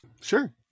Sure